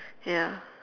ya